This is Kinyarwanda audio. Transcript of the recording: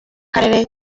karere